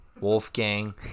Wolfgang